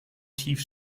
tief